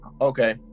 okay